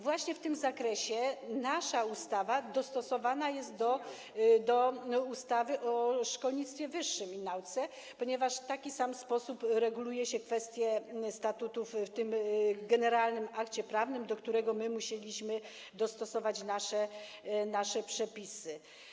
Właśnie w tym zakresie nasza ustawa dostosowana jest do ustawy o szkolnictwie wyższym i nauce, ponieważ w taki sam sposób reguluje się kwestie statutów w tym generalnym akcie prawnym, do którego my musieliśmy dostosować nasze przepisy.